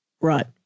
Right